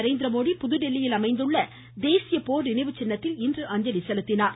நரேந்திரமோடி புதுதில்லியில் அமைந்துள்ள தேசிய போர் நினைவுச்சின்னத்தில் இன்று அஞ்சலி செலுத்தினார்